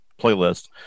playlist